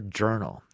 journal